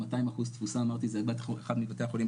200% תפוסה.